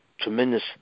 tremendous